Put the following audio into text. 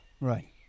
right